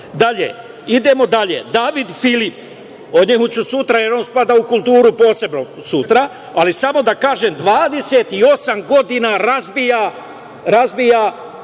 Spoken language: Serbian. Biserko? Idemo dalje - David Filip. O njemu ću sutra, jer on spada u kulturu, posebno sutra, ali samo da kažem da 28 godina razbija